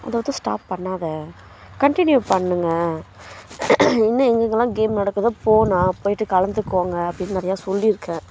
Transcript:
அதை வந்து ஸ்டாப் பண்ணாத கண்டினியூ பண்ணுங்க இன்னும் எங்கெங்கலாம் கேம் நடக்குதோ போண்ணா போய்விட்டு கலந்துக்கோங்க அப்படின்னு நிறையா சொல்லியிருக்கேன்